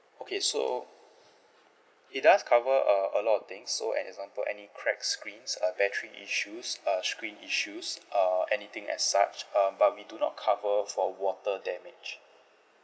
okay so it does cover a a lot of things so an example any cracked screens uh battery issues uh screen issues uh anything as such um but we do not cover for water damage